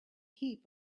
heap